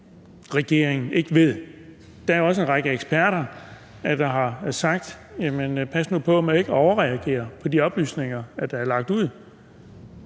regeringen ikke ved. Der er jo også en række eksperter, der har sagt: Pas nu på med at overreagere på de oplysninger, der er lagt ud.